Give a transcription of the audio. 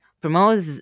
promote